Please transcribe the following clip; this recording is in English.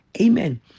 Amen